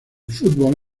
fútbol